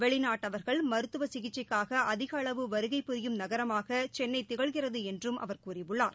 வெளிநாட்டவர்கள் மருத்துவ சிகிச்சைக்காக அதிக அளவு வருகை புரியும் நகரமாக சென்னை திகழ்கிறது என்றும் அவர் கூறியுள்ளார்